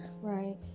Right